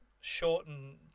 shortened